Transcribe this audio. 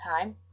time